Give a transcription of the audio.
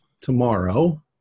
tomorrow